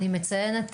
אני מציינת,